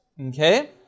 okay